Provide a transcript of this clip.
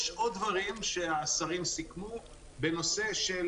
יש עוד דברים שהשרים סיכמו בנושא של